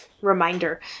reminder